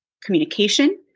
communication